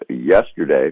yesterday